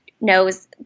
knows